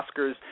Oscars